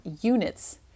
units